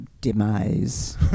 demise